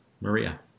Maria